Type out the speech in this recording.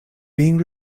being